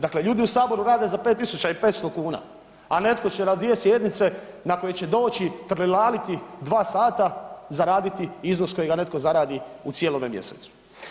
Dakle, ljudi u Saboru rade za 5500 kuna, a netko će na dvije sjednice na koje će doći trilaliti dva sata zaraditi iznos kojega netko zaradi u cijelome mjesecu.